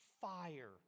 fire